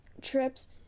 trips